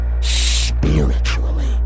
spiritually